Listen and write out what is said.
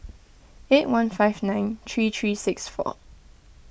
eight one five nine three three six four